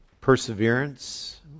perseverance